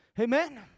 Amen